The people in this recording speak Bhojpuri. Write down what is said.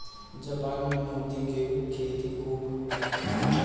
जापान में मोती के खेती खूब होत हवे